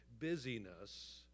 busyness